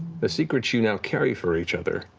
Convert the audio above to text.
the secrets you now carry for each other.